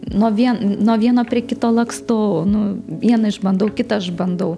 nuo vien nuo vieno prie kito lakstau nu vieną išbandau kitą išbandau